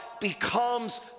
becomes